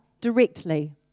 directly